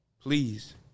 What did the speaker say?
please